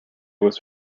was